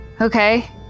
Okay